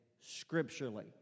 scripturally